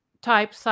Type